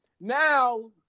Now